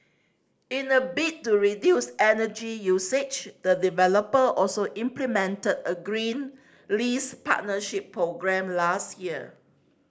in a bid to reduce energy usage the developer also implemented a green lease partnership programme last year